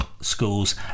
schools